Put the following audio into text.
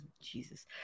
jesus